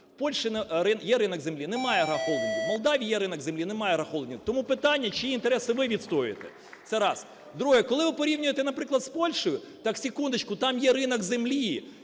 Польщі є ринок землі, немає агрохолдингів; в Молдавії є ринок землі, немає агрохолдингів. Тому питання, чиї інтереси ви відстоюєте? Це раз. Друге. Коли ви порівнюєте, наприклад, з Польщею, так секундочку, там є ринок землі.